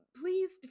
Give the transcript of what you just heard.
Please